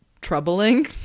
troubling